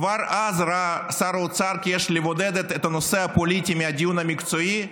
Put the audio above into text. כבר אז ראה שר האוצר כי יש לבודד את הנושא הפוליטי מהדיון המקצועי,